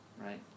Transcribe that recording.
right